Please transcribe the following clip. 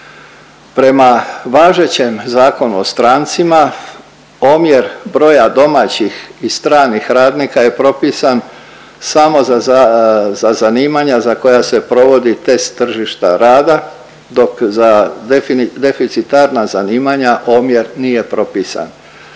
Prema važećem Zakonu o strancima, omjer broja domaćih i stranih radnika je propisan samo za zanimanja za koja se provodi test tržišta rada, dok za deficitarna zanimanja omjer nije propisan